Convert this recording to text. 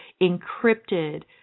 encrypted